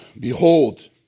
Behold